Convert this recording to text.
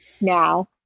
now